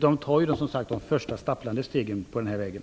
De tar ju nu, som sagt var, de första stapplande stegen på den vägen.